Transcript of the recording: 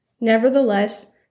Nevertheless